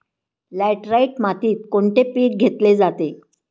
Laterite मातीत कोणते पीक घेतले जाते?